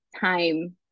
time